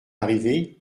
arrivé